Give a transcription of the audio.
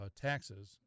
taxes